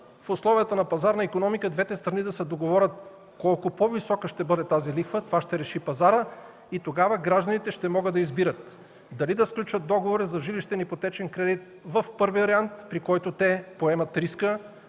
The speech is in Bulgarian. в условията на пазарна икономика двете страни да се договорят колко по-висока ще бъде тази лихва, това ще реши пазарът, и тогава гражданите ще могат да избират дали да сключат договора за жилищен ипотечен кредит в първия вариант, при който те поемат риска